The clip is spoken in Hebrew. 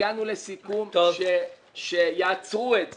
הגענו לסיכום שיעצרו את זה.